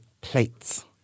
plates